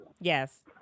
Yes